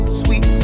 sweet